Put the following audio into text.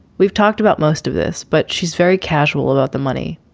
we've talked about most of this, but she's very casual about the money.